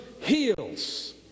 heals